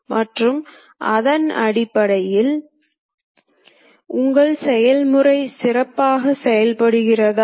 எனவே X 300 X 200 மற்றும் X மூலம் நீங்கள் இந்த புள்ளிக்கு வந்துவிட்டீர்கள்